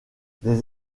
les